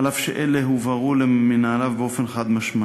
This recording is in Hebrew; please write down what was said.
אף שאלה הובהרו למנהליו באופן חד-משמעי.